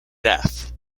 death